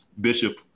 bishop